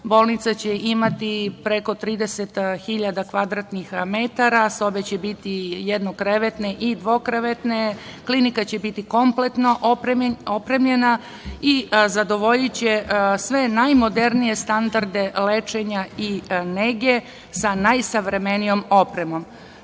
Bolnica će imati preko 30.000 m2, sobe će biti jednokrevetne i dvokrevetne. Klinika će biti kompletno opremljena i zadovoljiće sve najmodernije standarde lečenja i nege sa najsavremenijom opremom. Naime,